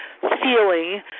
feeling